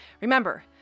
Remember